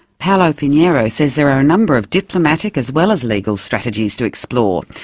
paulo pinherio says there are a number of diplomatic as well as legal strategies to explore,